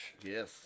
Yes